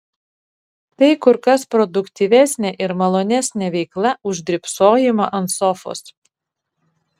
tai kur kas produktyvesnė ir malonesnė veikla už drybsojimą ant sofos